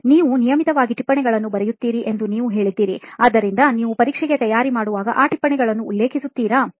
ನೀವು ನಿಯಮಿತವಾಗಿ ಟಿಪ್ಪಣಿಗಳನ್ನು ಬರೆಯುತ್ತೀರಿ ಎಂದು ನೀವು ಹೇಳಿದ್ದೀರಿ ಆದ್ದರಿಂದ ನೀವು ಪರೀಕ್ಷೆಗೆ ತಯಾರಿ ಮಾಡುವಾಗ ಆ ಟಿಪ್ಪಣಿಗಳನ್ನು ಉಲ್ಲೇಖಿಸುತ್ತೀರಾ